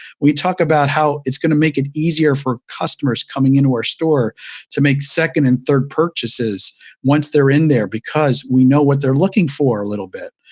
we talk about how it's going to make it easier for customers coming into our store to make second and third purchases once they're in there because we know what they're looking for a little bit.